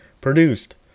Produced